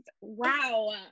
Wow